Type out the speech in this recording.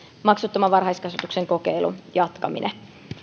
maksuttoman varhaiskasvatuksen kokeilun jatkaminen